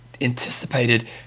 anticipated